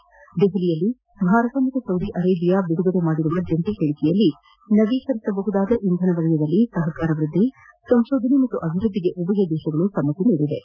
ನವದೆಹಲಿಯಲ್ಲಿ ಭಾರತ ಮತ್ತು Saudi Arabia ಬಿದುಗಡೆ ಮಾಡಿರುವ ಜಂಟಿ ಹೇಳಿಕೆಯಲ್ಲಿ ನವೀಕರಿಸಬಹುದಾದ ಇಂಧನ ವಲಯದಲ್ಲಿ ಸಹಕಾರ ವ್ವದ್ಲಿ ಸಂಶೋಧನೆ ಮತ್ತು ಅಭಿವೃದ್ಲಿಗೆ ಉಭಯ ದೇಶಗಳು ಸಮ್ಮತಿಸಿವೆ